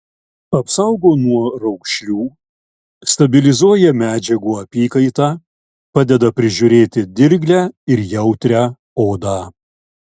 apsaugo nuo raukšlių stabilizuoja medžiagų apykaitą padeda prižiūrėti dirglią ir jautrią odą